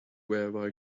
wherever